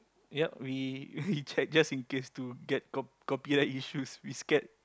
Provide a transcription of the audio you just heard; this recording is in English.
yup we we checked just in case to get cop~ copyright issues we scared